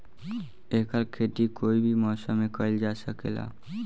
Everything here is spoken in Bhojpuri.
एकर खेती कोई भी मौसम मे कइल जा सके ला